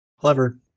Clever